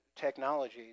technology